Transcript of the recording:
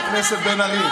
חברת הכנסת בן ארי.